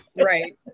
right